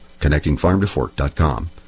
ConnectingFarmToFork.com